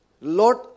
Lord